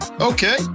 Okay